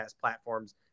platforms